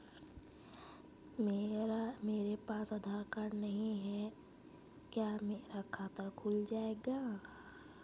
मेरे पास आधार कार्ड नहीं है क्या मेरा खाता खुल जाएगा?